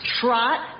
trot